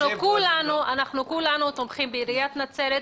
אני רוצה לומר שכולנו תומכים בעיריית נצרת,